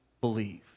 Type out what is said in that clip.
believe